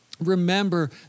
remember